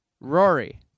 Rory